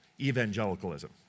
Evangelicalism